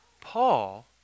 Paul